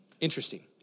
Interesting